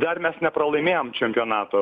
dar mes nepralaimėjom čempionato